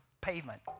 pavement